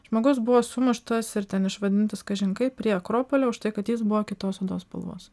žmogus buvo sumuštas ir ten išvadintas kažin kaip prie akropolio už tai kad jis buvo kitos odos spalvos